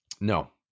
No